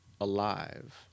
Alive